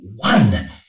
One